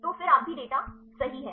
तो फिर आप भी डेटा सही है